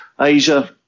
Asia